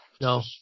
No